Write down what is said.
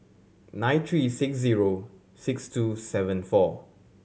nine three six zero six two seven four